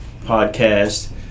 podcast